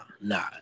Nah